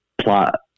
plot